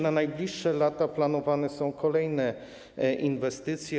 Na najbliższe lata planowane są kolejne inwestycje.